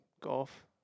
golf